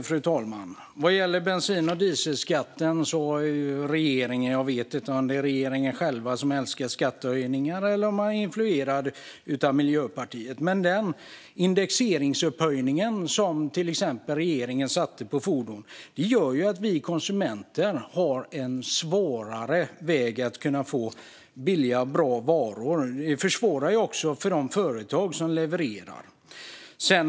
Fru talman! Vad gäller bensin och dieselskatten vet jag inte om det är regeringen själv som älskar skattehöjningar eller om man är influerad av Miljöpartiet, men den indexeringsupphöjning som regeringen satte på fordon gör att vi konsumenter har en svårare väg till att kunna få billiga och bra varor. Detta försvårar också för de företag som levererar.